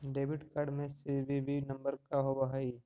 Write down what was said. Debit card में CVV number का होव हइ?